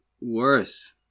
worse